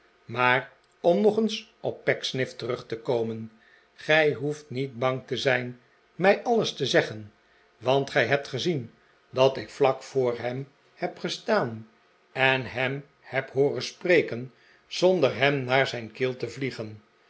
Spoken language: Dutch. maar om nog eens op pecksniff terug te komen gij hoeft niet bang te zijn mij alles te zeggen want gij hebt gezien dat ik vlak voor hem heb gestaan en hem heb hooren spreken zonder hem naar zijn keel te vliegen